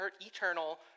eternal